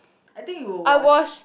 I think you will wash